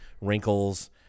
wrinkles